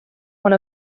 one